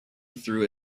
through